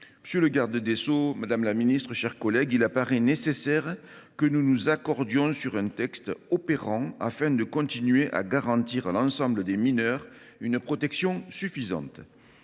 Monsieur le garde des sceaux, madame la secrétaire d’État, mes chers collègues, il apparaît nécessaire que nous nous accordions sur un texte opérant, afin de continuer à garantir à l’ensemble des mineurs une protection suffisante.